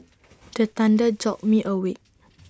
the thunder jolt me awake